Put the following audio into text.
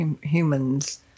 Humans